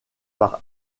par